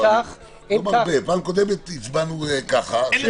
בפעם הקודמת הצבענו ככה.